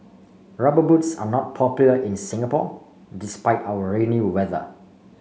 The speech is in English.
rubber boots are not popular in Singapore despite our rainy weather